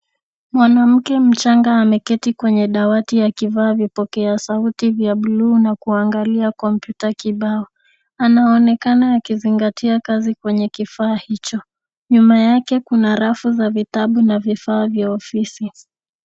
Mwanamke mchanga ameketi kwenye dawati akivaa vipokeasauti vya blue na kuangalia kompyuta kibao. Anaonekana akizingatia kazi kwenye kifaa hicho. Nyuma yake kuna rafu za vitabu na vifaa vya ofisi.